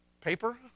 paper